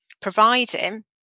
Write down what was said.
providing